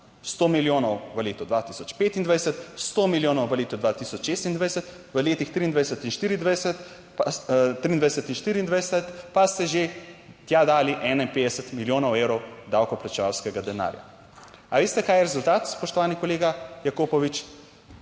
100 milijonov v letu 2025, 100 milijonov v letu 2026, v letih 23 in 24 pa 23 in 24, pa ste že tja dali 51 milijonov evrov davkoplačevalskega denarja. A veste kaj je rezultat, spoštovani kolega Jakopovič?